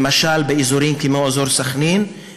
למשל באזורים כמו אזור סח'נין,